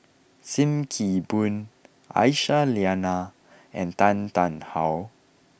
Sim Kee Boon Aisyah Lyana and Tan Tarn How